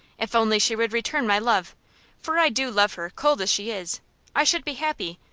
if only she would return my love for i do love her, cold as she is i should be happy.